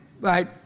Right